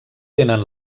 tenen